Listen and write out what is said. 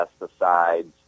pesticides